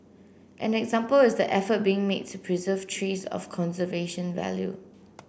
an example is the effort being made to preserve trees of conservation value